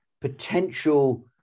potential